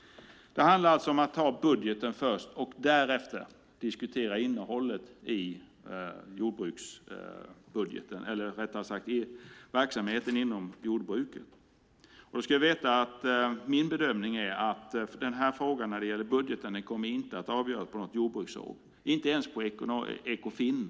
Det handlar om att ta budgeten först och därefter diskutera innehållet i jordbruksbudgeten, eller rättare sagt verksamheten inom jordbruket. Min bedömning är att frågan om budgeten inte kommer att avgöras på något jordbruksråd och inte ens på Ekofin.